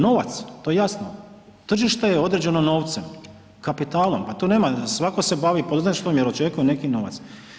Novac, to je jasno, tržište je određeno novcem, kapitalom, pa tu nema svako se bavi poduzetništvom jer očekuje neki novac.